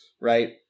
right